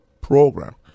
program